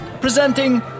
Presenting